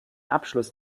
abschluss